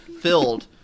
filled